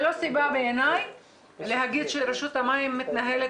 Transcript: סיבה בעיניי להגיד שרשות המים מתנהלת